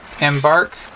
embark